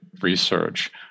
research